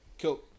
Cool